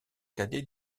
cadet